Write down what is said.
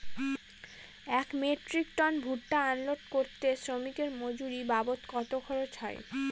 এক metric ton ভুট্টা unload করতে শ্রমিকের মজুরি বাবদ কত খরচ হয়?